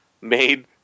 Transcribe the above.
made